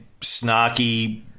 snarky